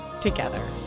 together